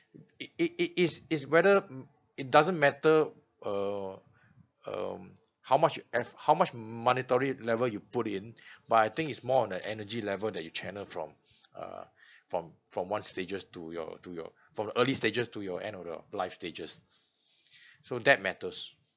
it it it is is whether it doesn't matter err um how much eff~ how much monetary level you put in but I think it's more of the energy level that you channel from uh from from one stages to your to your from the early stages to your end of the life stages so that matters